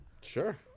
Sure